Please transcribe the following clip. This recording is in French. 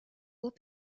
haut